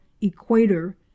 equator